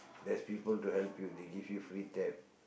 there's people to help you they give you free tab